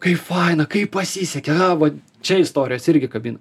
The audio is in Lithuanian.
kai faina kai pasisekė a va čia istorijos irgi kabina